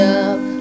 up